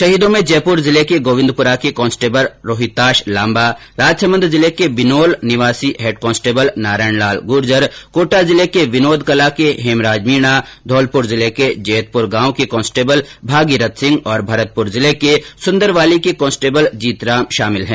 शहीदों में जयपुर जिले के गोविन्दपुरा के कांस्टेबल रोहिताश लाम्बा राजसमंद जिले के बिनोल निवासी हैड कांस्टेबल नारायण लाल गुर्जर कोटा जिले के विनोद कला के हेमराज मीणा धौलपुर जिले के जैतपुर गांव के कांस्टेबल भागीरथ सिंह और भरतपुर जिले के संदरवाली के कांस्टेबल जीतराम शामिल है